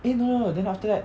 eh no no then after that